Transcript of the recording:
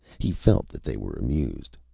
he felt that they were amused.